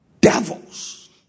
devils